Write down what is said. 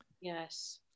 Yes